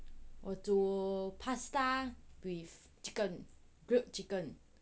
我煮 pasta with chicken grilled chicken